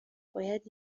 باید